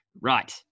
right